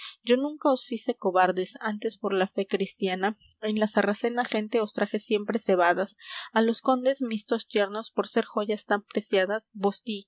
yo nunca os fice cobardes antes por la fe cristiana en la sarracena gente os traje siempre cebadas á los condes mis dos yernos por ser joyas tan preciadas